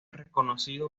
reconocido